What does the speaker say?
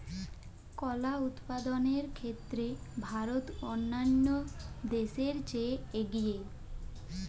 কলা উৎপাদনের ক্ষেত্রে ভারত অন্যান্য দেশের চেয়ে এগিয়ে